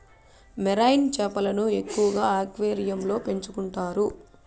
marine చేపలను ఎక్కువగా అక్వేరియంలలో పెంచుకుంటారు